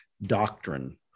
doctrine